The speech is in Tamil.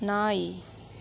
நாய்